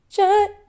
Shut